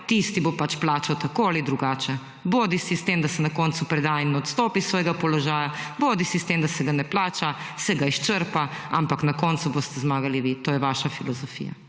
tisti bo pač plačal tako ali drugače, bodisi s tem, da se na koncu preda in odstopi s svojega položaja, bodisi s tem, da se ga ne plača, se ga izčrpa, ampak na koncu boste zmagali vi. To je vaša filozofija.